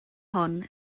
hon